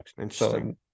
interesting